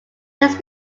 this